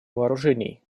вооружений